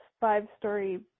five-story